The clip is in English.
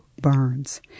Burns